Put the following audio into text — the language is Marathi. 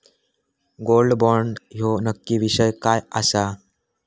गोल्ड बॉण्ड ह्यो नक्की विषय काय आसा?